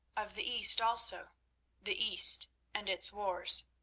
of the east also the east and its wars.